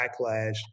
backlash